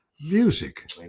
music